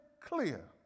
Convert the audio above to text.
clear